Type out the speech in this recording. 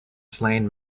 slain